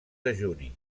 dejuni